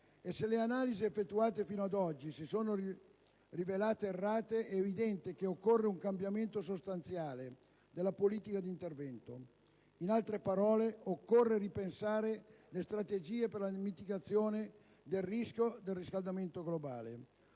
E se le analisi effettuate fino ad oggi si sono rivelate errate è evidente che occorre un cambiamento sostanziale della politica di intervento; in altre parole, occorre ripensare le strategie per la mitigazione del rischio da riscaldamento globale.